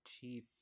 Chief